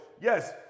yes